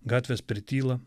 gatvės prityla